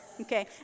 Okay